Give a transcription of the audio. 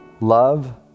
Love